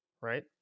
Right